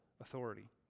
authority